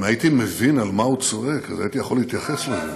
אם הייתי מבין על מה הוא צועק הייתי יכול להתייחס לזה.